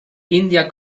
india